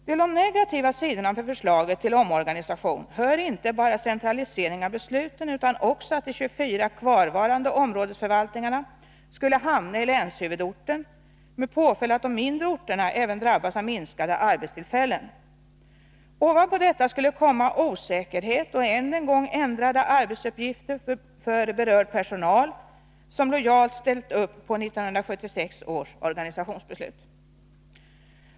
Till de negativa sidorna med förslaget till omorganisation hör inte bara 101 centralisering av besluten utan också att de 24 kvarvarande områdesförvalt "ningarna skulle hamna i länshuvudorten, med påföljd att de mindre orterna även drabbas av minskat antal arbetstillfällen. Ovanpå detta kommer osäkerhet och än en gång ändrade arbetsuppgifter för berörd personal, som lojalt ställt upp på 1976 års organisationsbeslut.